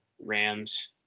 Rams